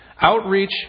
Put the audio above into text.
outreach